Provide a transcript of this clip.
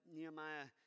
Nehemiah